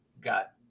got